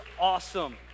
awesome